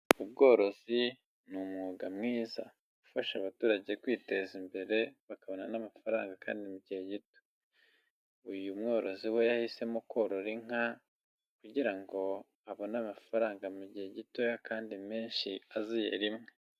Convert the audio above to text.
Ubworozi ni umwuga mwiza ufasha abaturage kwiteza imbere bakabona n'amafaranga kandi mu gihe gito, uyu mworozi we yahisemo korora inka, kugira ngo abone amafaranga mu gihe gitoya kandi menshi aziye rimwe.